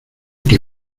que